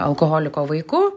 alkoholiko vaiku